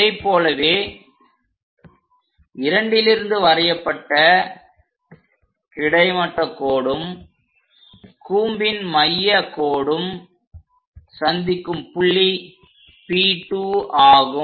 இதைப் போலவே 2லிருந்து வரையப்பட்ட கிடைமட்ட கோடும் கூம்பின் மைய கோடும் சந்திக்கும் புள்ளி P2 ஆகும்